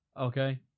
Okay